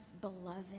beloved